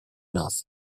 enough